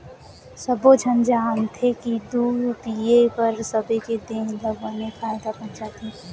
सब्बो झन जानथें कि दूद पिए हर सबे के देह ल बने फायदा पहुँचाथे